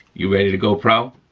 you ready to go pro?